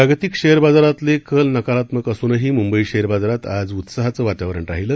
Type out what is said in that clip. जागतिक बाजारातले कल नकारात्मक असूनही मुंबई शेअर बाजारात आज उत्साहाचं वातावरण राहिलं